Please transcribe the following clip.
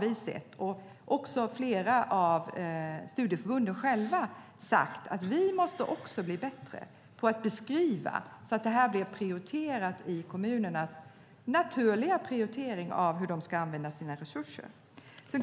Vi och flera av studieförbunden har sagt att man måste bli bättre på att beskriva så att det blir en naturlig prioritering när kommunerna ska använda sina resurser. Det